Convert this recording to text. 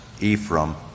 Ephraim